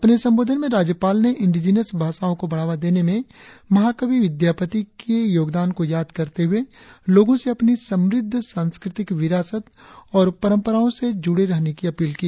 अपने संबोधन में राज्यपाल ने इंडिजिनश भाषाओ को बढ़ावा देने में महाकवि विद्यापति की योगदान को याद करते हुए लोगो से अपनी संमृद्ध सांस्कृतिक विरासत और पंरम्पराओ से जुड़े रहने की अपील की